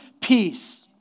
peace